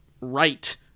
right